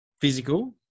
physical